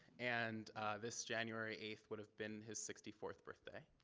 and this january eight would have been his sixty fourth birthday.